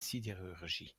sidérurgie